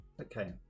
Okay